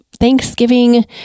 Thanksgiving